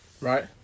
Right